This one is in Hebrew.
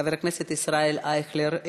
חבר הכנסת ישראל אייכלר,